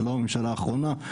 זה לא ממשלה האחרונה,